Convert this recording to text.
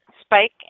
Spike